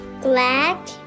Black